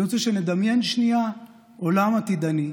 אני רוצה שנדמיין שנייה עולם עתידני,